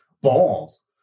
balls